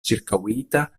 ĉirkaŭita